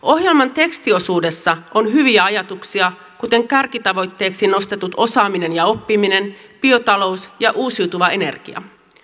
ohjelman tekstiosuudessa on hyviä ajatuksia kuten kärkitavoitteeksi nostetut osaaminen ja oppiminen biotalous ja uusiutuva energia